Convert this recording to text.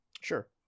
Sure